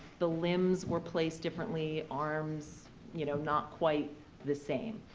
the limbs were placed differently, arms you know not quite the same.